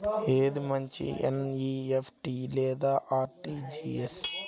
ఏది మంచి ఎన్.ఈ.ఎఫ్.టీ లేదా అర్.టీ.జీ.ఎస్?